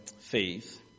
faith